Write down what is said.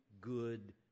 good